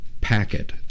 packet